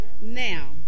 Now